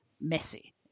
messy